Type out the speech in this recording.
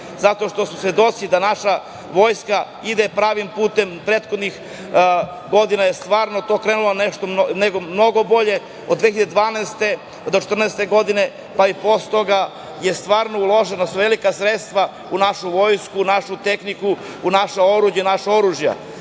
zato što su svedoci da naša vojska ide pravim putem. Prethodnih godina je stvarno to krenulo mnogo bolje, od 2012. do 2014. godine, pa i posle toga, stvarno su uložena velika sredstva u našu vojsku, u našu tehniku, u naša oruđa, u naša oružja. Još